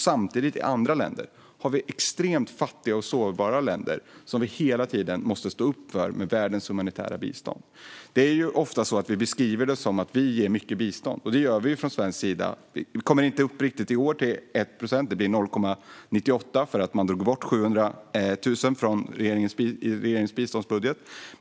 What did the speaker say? Samtidigt har vi extremt fattiga och sårbara länder som vi hela tiden måste stå upp för med världens humanitära bistånd. Vi beskriver det ofta som att vi ger mycket bistånd, och det gör vi från svensk sida. I år kommer vi inte riktigt upp i 1 procent. Det blir 0,98 procent därför att man tog bort 700 000 kronor från regeringens biståndsbudget.